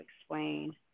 explain